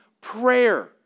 prayer